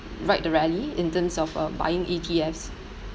ride the rally in terms of uh buying E_T_Fs